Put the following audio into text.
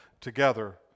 together